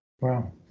Wow